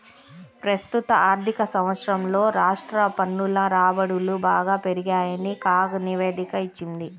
ప్రస్తుత ఆర్థిక సంవత్సరంలో రాష్ట్ర పన్నుల రాబడులు బాగా పెరిగాయని కాగ్ నివేదిక ఇచ్చింది